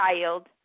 child